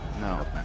no